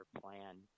plan